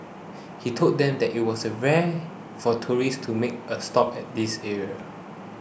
he told them that it was rare for tourists to make a stop at this area